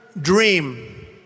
dream